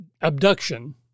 Abduction